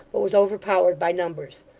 but was overpowered by numbers.